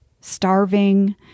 starving